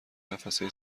قفسه